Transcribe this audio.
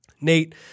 Nate